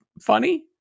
funny